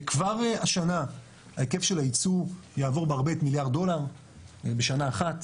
כבר השנה ההיקף של היצוא יעבור בהרבה את מיליארד הדולר בשנה אחת,